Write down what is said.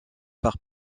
par